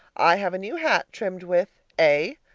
i have a new hat trimmed with a.